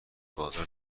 بازار